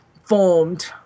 formed